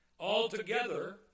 Altogether